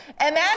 Imagine